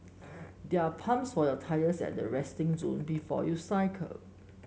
there are pumps for your tyres at the resting zone before you cycle